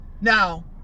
now